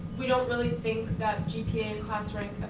we don't really think that gpa and class rank